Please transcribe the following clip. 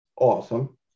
awesome